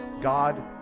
God